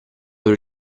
per